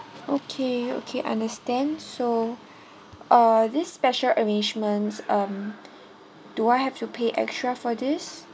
okay okay understand so uh this special arrangement um do I have to pay extra for this